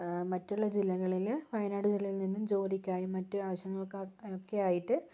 മറ്റുള്ള ജില്ലകളില് വയനാട് ജില്ലയിൽ നിന്നും ജോലിക്കായും മറ്റു ആവശ്യങ്ങൾക്കൊക്കെ ആയിട്ട്